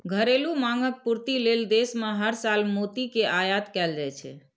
घरेलू मांगक पूर्ति लेल देश मे हर साल मोती के आयात कैल जाइ छै